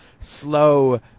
slow